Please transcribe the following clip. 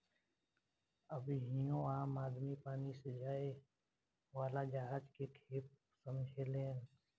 अबहियो आम आदमी पानी से जाए वाला जहाज के खेप समझेलेन